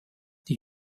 die